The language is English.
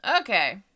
Okay